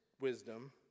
wisdom